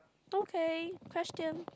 okay question